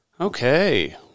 Okay